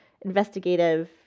investigative